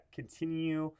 continue